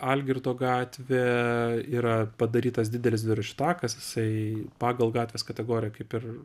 algirdo gatvė yra padarytas didelis dviračių takas jisai pagal gatvės kategoriją kaip ir